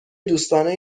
دوستانه